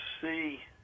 see